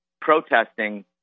protesting